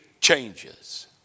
changes